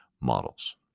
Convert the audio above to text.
models